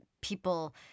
people